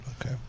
Okay